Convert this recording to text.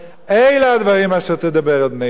אלה הדברים אשר תדבר אל בני ישראל".